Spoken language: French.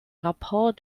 rapport